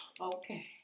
Okay